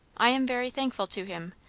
i am very thankful to him,